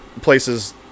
places